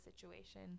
situation